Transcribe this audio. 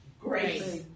Grace